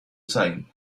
time